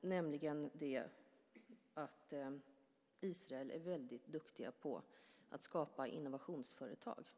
nämligen det som handlar om att Israel är väldigt duktigt på att skapa innovationsföretag.